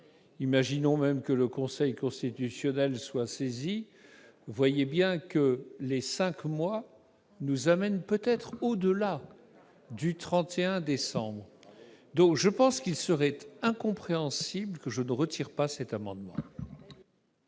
imaginons même que le Conseil constitutionnel soit saisi -, le délai de cinq mois nous amènera peut-être au-delà du 31 décembre. Exactement ! Il serait donc incompréhensible que je ne retire pas cet amendement.